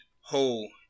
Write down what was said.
whole